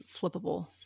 flippable